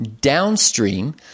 downstream